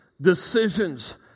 decisions